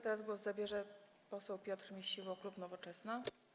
Teraz głos zabierze poseł Piotr Misiło, klub Nowoczesna.